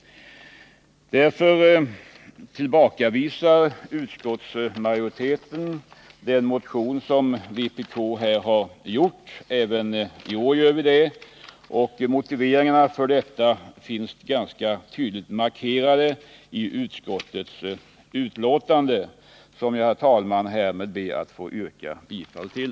Därför tillbakavisar utskottsmajoriteten den motion som vpk här fört fram även i år. Motiveringarna för vårt avstyrkande finns ganska tydligt markerade i utskottets betänkande, som jag, herr talman, härmed ber att få yrka bifall till.